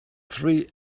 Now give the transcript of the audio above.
three